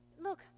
look